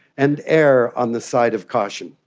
and err on the side of caution.